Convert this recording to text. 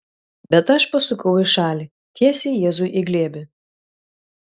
bet aš pasukau į šalį tiesiai jėzui į glėbį